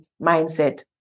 mindset